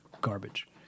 Garbage